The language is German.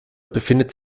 befindet